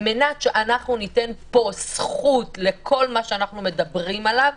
על-מנת שאנחנו ניתן פה זכות לכל מה שאנו מדברים עליו,